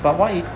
but why